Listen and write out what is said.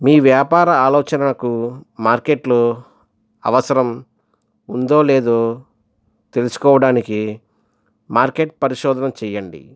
మీ వ్యాపార ఆలోచనకు మార్కెట్లో అవసరం ఉందో లేదో తెలుసుకోవడానికి మార్కెట్ పరిశోధన చేయండి